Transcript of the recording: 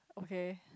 okay